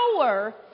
power